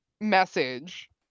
message